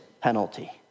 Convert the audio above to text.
penalty